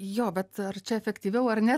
jo bet ar čia efektyviau ar ne